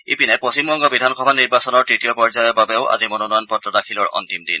ইপিনে পশ্চিমবংগ বিধানসভা নিৰ্বাচনৰ তৃতীয় পৰ্যায়ৰ বাবেও আজি মনোনয়ন পত্ৰ দাখিলৰ অন্তিম দিন